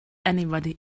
anybody